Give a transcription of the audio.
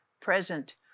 present